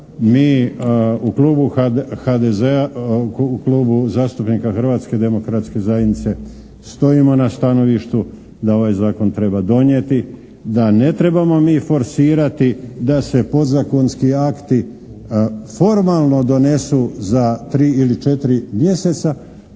Klubu zastupnika Hrvatske demokratske zajednice stojimo na stanovištu da ovaj zakon treba donijeti, da ne trebamo mi forsirati da se podzakonski akti formalno donesu za tri ili četiri mjeseca